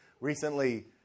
recently